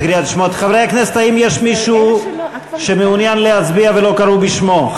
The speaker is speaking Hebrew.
האם יש מישהו שמעוניין להצביע ולא קראו בשמו?